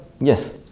Yes